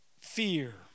Fear